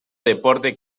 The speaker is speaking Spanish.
deporte